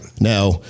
Now